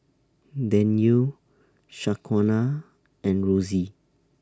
Danyel Shaquana and Rosy